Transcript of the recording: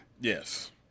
Yes